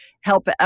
help